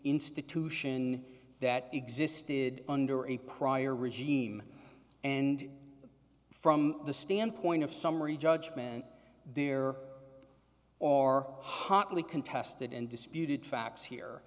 institution that existed under a prior regime and from the standpoint of summary judgment there are hotly contested and disputed facts here